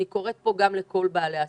אני קוראת פה גם לכל בעלי העסקים,